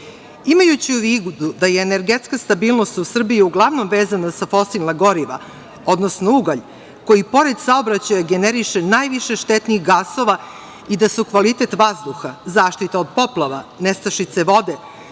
Imajući u vidu da je energetska stabilnost u Srbiji uglavnom vezana za fosilna goriva, odnosno ugalj, koji pored saobraćaja generiše najviše štetnih gasova i da su kvalitet vazduha, zaštita od poplava, nestašice vode,